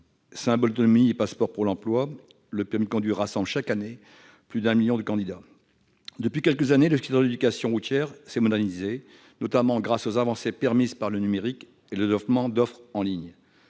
Symbole d'autonomie et passeport pour l'emploi, le permis de conduire rassemble, chaque année, plus d'un million de candidats. Depuis quelques années, le secteur de l'éducation routière s'est modernisé, notamment grâce aux avancées permises par le numérique et au développement d'offres en ligne.